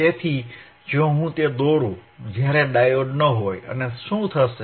તેથી જો હું તે દોરું જ્યારે ડાયોડ ન હોય અને શું થશે